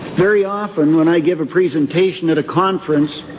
very often when i give a presentation at a conference,